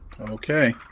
Okay